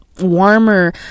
warmer